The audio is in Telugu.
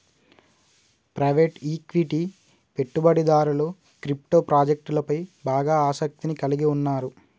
ప్రైవేట్ ఈక్విటీ పెట్టుబడిదారులు క్రిప్టో ప్రాజెక్టులపై బాగా ఆసక్తిని కలిగి ఉన్నరు